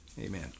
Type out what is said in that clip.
Amen